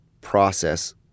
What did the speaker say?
process